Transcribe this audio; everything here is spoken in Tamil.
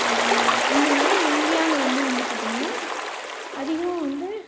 இந்த மாதிரி இந்தியாவில் வந்து வந்து பார்த்திங்கன்னா அதிகம் வந்து